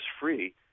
free